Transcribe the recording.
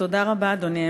תודה רבה, אדוני.